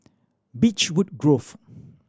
Beechwood Grove